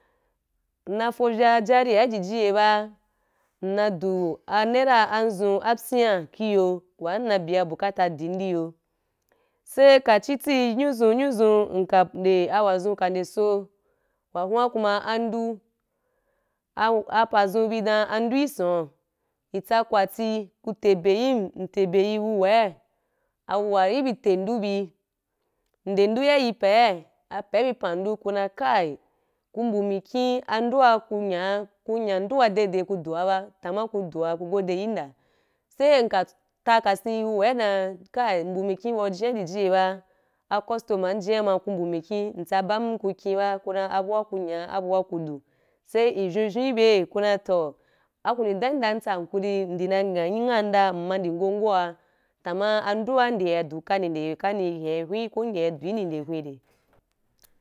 Nna fovya ajari’a ijiji ye ba, ina du a nara anzu, apyi iyo wa nna byan “bukata” din iyo. Sai ka chiti nyozu nyozu nka nde a wazun ka nde so, wa hun ra ku ma anppa aua apazu bi dan an’du san’u, itsa kwati ku te be yim, nte be yi auwai, auwa ri bi nte an’da bi, nde an’da ya yin bu’a apɛ bi pɛn an’du, ku dan kai! Ku mbu mikhi an’du kui nya, kui nya an’du dede ku duwa ba, tama ku duwa ku gode yim da, sai nka ta kasin yi uwari dan, mbu mikhi ba jina ijiji ye bu, a “customer”jina ma ku mbu mikhi, ntsabam’ ku khi ba, ku dan, abu’wa ku nya’n, abu wa ku du – sai ivyon vyon ibe, ku dan toh, aku ndi dan yim dan ntsa hankuri nde na nya ngha dan, mma ndi ngongo’a tama au du’a nde ya du ka’ni de kani hia hweh ku nde yɛ du’uni nde hweh re.